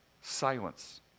silence